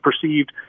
perceived